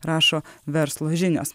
rašo verslo žinios